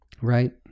Right